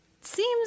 seems